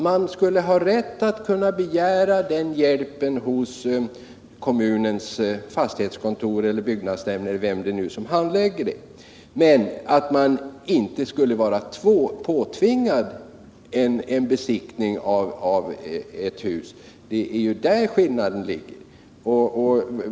Man skall ha rätt att begära hjälp hos kommunens fastighetskontor eller byggnadsnämnd eller vilken instans som nu handlägger dessa frågor, men man skall inte vara påtvingad en besiktning av ett hus. Det är där skillnaden ligger.